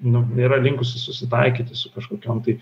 nu nėra linkusi susitaikyti su kažkokiom tai